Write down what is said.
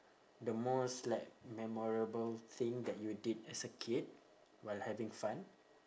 the most like memorable thing that you did as a kid while having fun